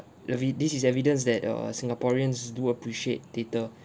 evi~ this is evidence that err singaporeans do appreciate theatre